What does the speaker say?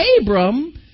Abram